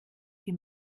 die